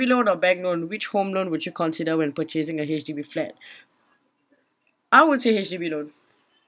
loan or bank loan which home loan would you consider when purchasing a H_D_B flat I would say H_D_B loan